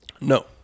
No